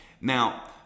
now